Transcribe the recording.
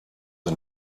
the